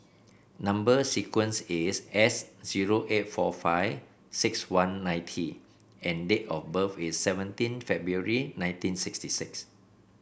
number sequence is S zero eight four five six one nine T and date of birth is seventeen February nineteen sixty six